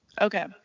Okay